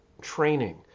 training